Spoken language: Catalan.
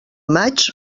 maig